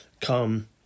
come